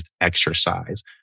exercise